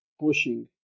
pushing